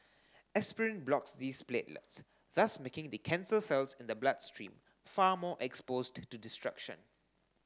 aspirin blocks these platelets thus making the cancer cells in the bloodstream far more exposed to destruction